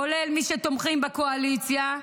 כולל מי שתומכים בקואליציה,